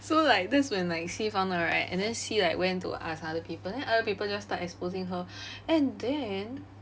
so like that's when like C found out right and then C like went to ask other people then other people just start exposing her and then